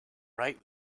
right